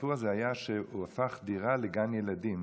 הסיפור הזה היה שהוא הפך דירה לגן ילדים,